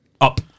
up